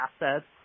assets